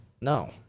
No